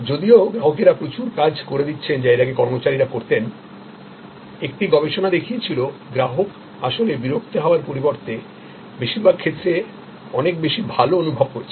যদিও গ্রাহকেরা প্রচুর কাজ করে দিচ্ছেন যা এর আগে কর্মচারীরা করতেন একটি গবেষণা দেখিয়েছিল গ্রাহক আসলে বিরক্ত হওয়ার পরিবর্তে বেশির ভাগ ক্ষেত্রে অনেক বেশি ভাল অনুভব করছেন